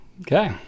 Okay